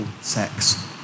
sex